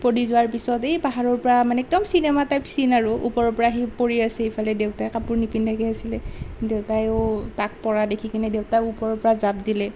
পৰি যোৱাৰ পিছত এই পাহাৰৰ পৰা মানে একদম চিনেমা টাইপ চিন আৰু ওপৰৰ পৰা সি পৰি আছে ইফালে দেউতাই কাপোৰ নিপিন্ধাকৈ আছিলে দেউতায়ো তাক পৰা দেখি কিনে দেউতায়ো ওপৰৰ পৰা জাঁপ দিলে